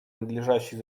надлежащей